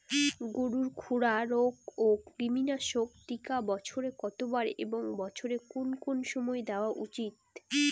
গরুর খুরা রোগ ও কৃমিনাশক টিকা বছরে কতবার এবং বছরের কোন কোন সময় দেওয়া উচিৎ?